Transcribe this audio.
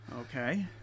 Okay